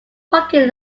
parking